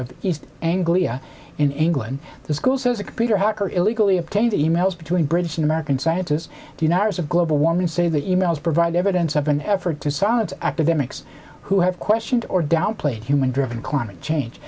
of east anglia in england the school says a computer hacker illegally obtained e mails between british and american scientists deniers of global warming say the e mails provide evidence of an effort to silence academics who have questioned or downplayed human driven climate change